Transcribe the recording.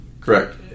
Correct